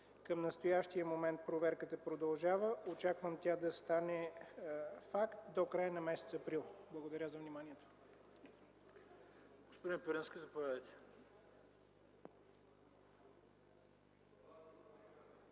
Към настоящия момент проверката продължава. Очаквам тя да стане факт до края на месец април. Благодаря за вниманието.